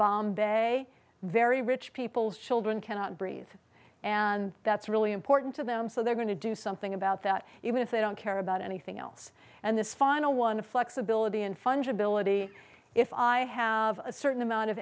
bombay very rich people's children cannot breathe and that's really important to them so they're going to do something about that even if they don't care about anything else and this final one of flexibility and fungibility if i have a certain amount of